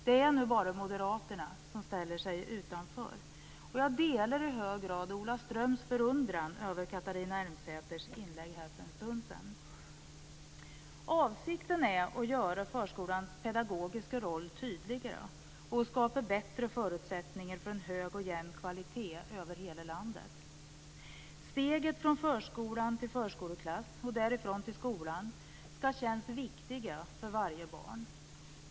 Den är nu bara moderaterna som ställer sig utanför. Jag delar i hög grad Ola Ströms förundran över Catharina Elmsäter-Svärds inlägg här för en stund sedan. Avsikten är att göra förskolans pedagogiska roll tydligare och skapa bättre förutsättningar för en hög och jämn kvalitet över hela landet. Steget från förskolan till förskoleklass och därifrån till skolan skall kännas viktiga för varje barn.